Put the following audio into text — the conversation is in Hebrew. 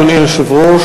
אדוני היושב-ראש,